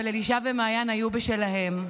אבל אלישע ומעיין היו בשלהם.